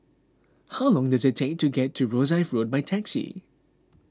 how long does it take to get to Rosyth Road by taxi